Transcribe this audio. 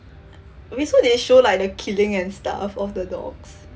eh wait so they show like the killing and stuff of the dogs